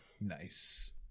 Nice